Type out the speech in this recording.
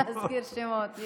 לא להזכיר שמות.